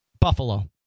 Buffalo